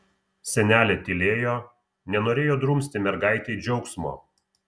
senelė tylėjo nenorėjo drumsti mergaitei džiaugsmo